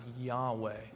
Yahweh